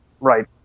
right –